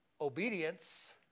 Obedience